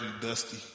dusty